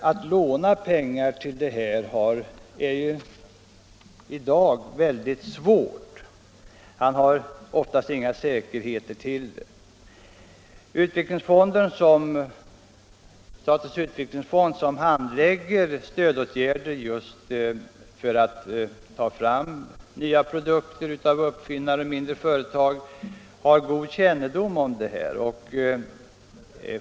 Att låna pengar till marknadsföring är i dag väldigt svårt och han har oftast ingen säkerhet för det. Statens utvecklingsfond, som handlägger stödåtgärder just för att ta fram nya produkter av uppfinnare och mindre företag, har god kännedom om dessa problem.